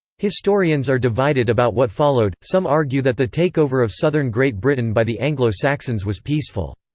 historians are divided about what followed some argue that the takeover of southern great britain by the anglo-saxons was peaceful.